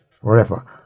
forever